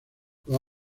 los